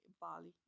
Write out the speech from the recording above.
Bali